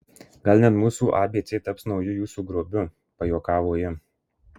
gal net mūsų abc taps nauju jūsų grobiu pajuokavo ji